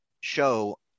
show